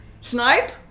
Snipe